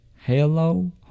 hello